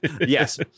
Yes